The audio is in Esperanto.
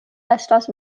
estas